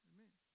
Amen